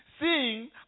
Seeing